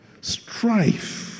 strife